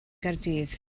gaerdydd